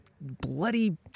bloody